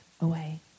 away